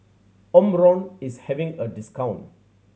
Omron is having a discount